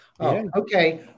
okay